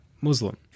Muslim